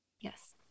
Yes